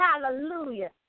Hallelujah